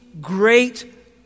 great